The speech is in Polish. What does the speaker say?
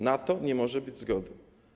Na to nie może być zgody.